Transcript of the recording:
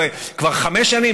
וכבר חמש שנים,